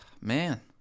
man